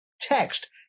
text